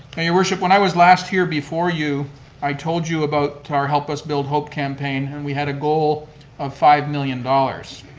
and your worship, when i was last here before you i told you about our help us build hope campaign, and we had a goal of five million dollars.